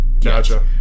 Gotcha